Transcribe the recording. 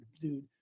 dude